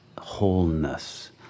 wholeness